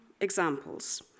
examples